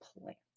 plants